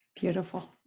beautiful